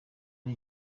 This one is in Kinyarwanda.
ari